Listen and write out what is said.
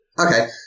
Okay